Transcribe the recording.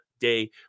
day